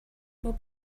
will